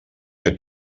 que